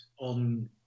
on